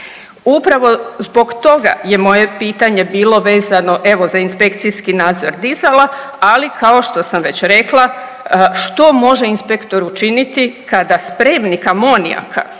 Upravo zbog toga je moje pitanje bilo vezano evo za inspekcijski nadzor dizala, ali kao što sam već rekla što može inspektor učiniti kada spremnik amonijaka,